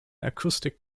acoustic